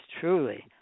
truly